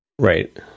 Right